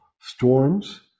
storms